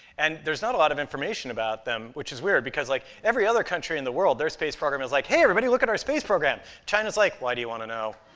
and there's not a lot of information about them, which is weird, because, like, every other country in the world, their space program is like, hey, everybody, look at our space program! china's like, why do you want to know?